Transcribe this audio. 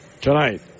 tonight